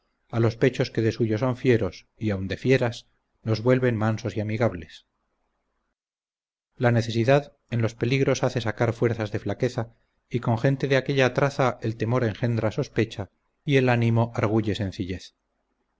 a los pechos que de suyo son fieros y aun de fieras los vuelven mansos y amigables la necesidad en los peligros hace sacar fuerzas de flaqueza y con gente de aquella traza el temor engendra sospecha y el ánimo arguye sencillez